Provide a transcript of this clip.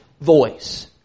voice